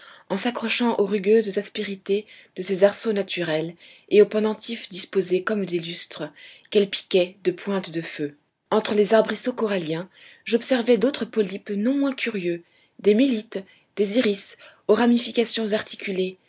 en s'accrochant aux rugueuses aspérités de ces arceaux naturels et aux pendentifs disposés comme des lustres qu'elle piquait de pointes de feu entre les arbrisseaux coralliens j'observai d'autres polypes non moins curieux des mélites des iris aux ramifications articulées